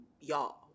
y'all